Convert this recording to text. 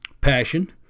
Passion